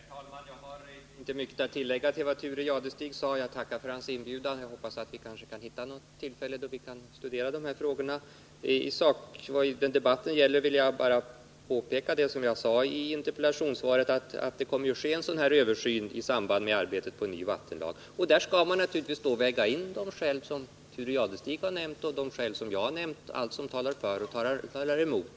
Herr talman! Jag har inte mycket att tillägga utöver det Thure Jadestig har sagt. Jag tackar för hans inbjudan och hoppas att vi kan få tillfälle att på ort och ställe studera dessa frågor. Vad gäller sakdebatten vill jag upprepa vad jag säger i interpellationssvaret, att det kommer att ske en översyn i samband med arbetet på en ny vattenlag. Där gäller det naturligtvis att väga in de skäl som Thure Jadestig har anfört och de skäl som jag har nämnt — allt som talar för och allt som talar mot.